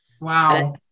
Wow